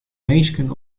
minsken